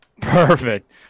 Perfect